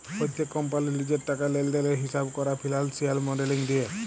প্যত্তেক কম্পালির লিজের টাকা লেলদেলের হিঁসাব ক্যরা ফিল্যালসিয়াল মডেলিং দিয়ে